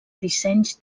dissenys